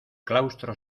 claustro